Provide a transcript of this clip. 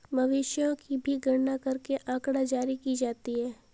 मवेशियों की भी गणना करके आँकड़ा जारी की जाती है